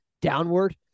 downward